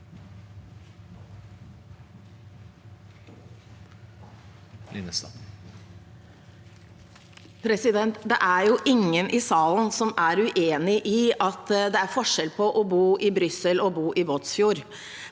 Det er in- gen i salen som er uenig i at det er forskjell på å bo i Brussel og i Båtsfjord.